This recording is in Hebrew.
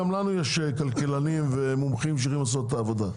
גם לנו יש כלכלנים ומומחים שיודעים לעשות את העבודה.